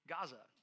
Gaza